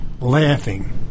laughing